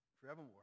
forevermore